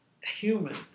human